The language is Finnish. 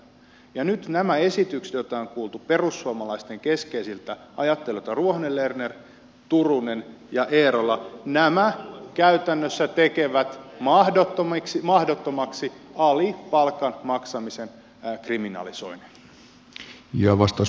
ja nyt nämä esitykset joita on kuultu perussuomalaisten keskeisiltä ajattelijoilta ruohonen lerner turunen ja eerola käytännössä tekevät mahdottomaksi alipalkan maksamisen kriminalisoinnin